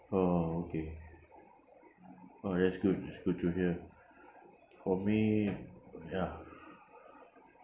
oh okay oh that's good that's good to hear for me ya